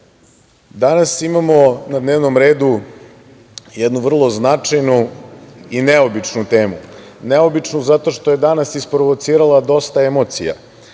danas imamo na dnevnom redu jednu vrlo značajnu i neobičnu temu. Neobičnu zato što je danas isprovocirala dosta emocija.